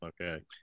okay